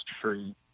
tree